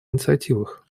инициативах